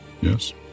yes